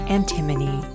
Antimony